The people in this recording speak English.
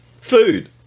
food